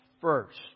first